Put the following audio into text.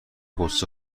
غصه